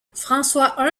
françois